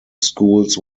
schools